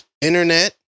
internet